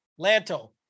lanto